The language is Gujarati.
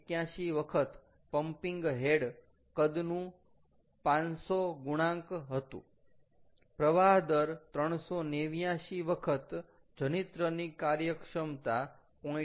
81 વખત પમ્પિંગ હેડ કદનું 500 ગુણાક હતુ પ્રવાહ દર 389 વખત જનિત્રની કાર્યક્ષમતા 0